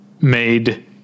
made